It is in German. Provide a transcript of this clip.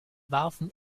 warfen